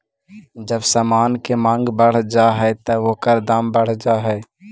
जब समान के मांग बढ़ जा हई त ओकर दाम बढ़ जा हई